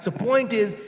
so point is,